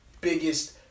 biggest